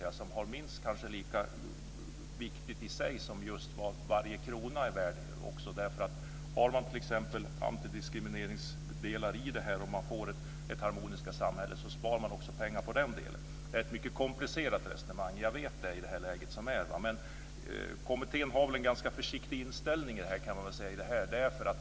De är kanske minst lika viktiga som just vad varje krona är värd. Om det t.ex. finns antidiskrimineringsdelar i det här och man får ett mer harmoniskt samhälle så spar man också pengar. Jag vet att det är ett mycket komplicerat resonemang i det läge som är, men kommittén har en ganska försiktig inställning när det gäller det här.